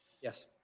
Yes